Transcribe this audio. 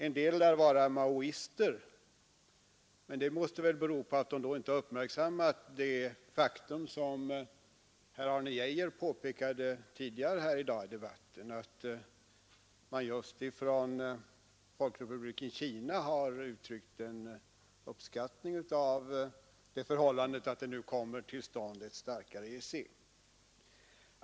En del lär vara maoister, men att de demonstrerar måste väl bero på att de inte har uppmärksammat det faktum som herr Arne Geijer påpekade tidigare i dagens debatt, att just folkrepubliken Kina har uttryckt sin uppskattning av det förhållandet att ett starkare EEC nu kommer till stånd.